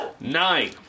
Nine